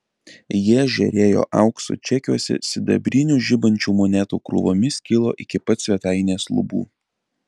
jie žėrėjo auksu čekiuose sidabrinių žibančių monetų krūvomis kilo iki pat svetainės lubų